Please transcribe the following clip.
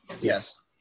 Yes